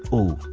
oh,